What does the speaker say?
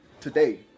today